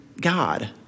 God